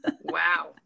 Wow